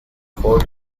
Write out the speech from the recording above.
four